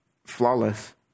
Flawless